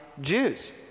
Jews